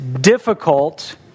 difficult